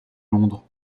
londres